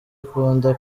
akunda